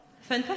Fun